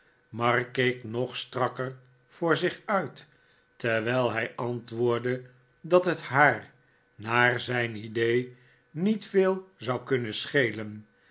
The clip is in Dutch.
mark keek nog strakker voor zich uit terwijl hij antwoordde dat het haar naar zijn idee niet veel zou kunnen schelen